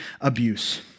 abuse